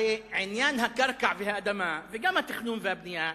הרי עניין הקרקע והאדמה, וגם התכנון והבנייה,